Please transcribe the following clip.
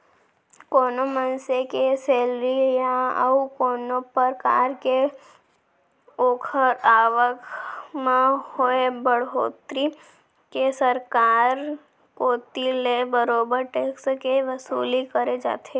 कोनो मनसे के सेलरी या अउ कोनो परकार के ओखर आवक म होय बड़होत्तरी ले सरकार कोती ले बरोबर टेक्स के वसूली करे जाथे